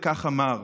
וכך אמר: